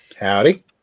Howdy